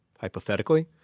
hypothetically